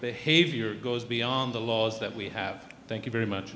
behavior goes beyond the laws that we have thank you very much